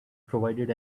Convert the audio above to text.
provided